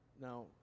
now